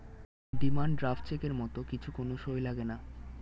demand draft চেকের মত কিছু কোন সই লাগেনা